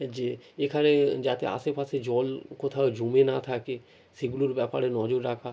এ যে এখানে যাতে আশেপাশে জল কোথাও জমে না থাকে সেগুলোর ব্যাপারে নজর রাখা